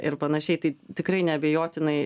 ir panašiai tai tikrai neabejotinai